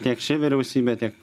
tiek ši vyriausybė tiek